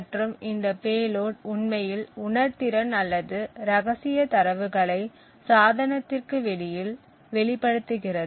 மற்றும் இந்த பேலோட் உண்மையில் உணர்திறன் அல்லது ரகசிய தரவுகளை சாதனத்திற்கு வெளியில் வெளிப்படுத்துகிறது